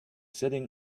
sitting